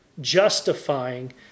Justifying